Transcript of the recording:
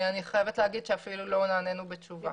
אני חייבת להגיד שאפילו לא נענינו בתשובה.